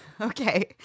Okay